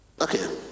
okay